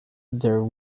there